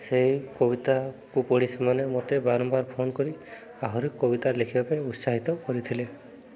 ସେହି କବିତାକୁ ପଢ଼ି ସେମାନେ ମୋତେ ବାରମ୍ବାର ଫୋନ କରି ଆହୁରି କବିତା ଲେଖିବା ପାଇଁ ଉତ୍ସାହିତ କରିଥିଲେ